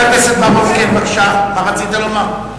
חבר הכנסת בר-און, בבקשה, מה רצית לומר?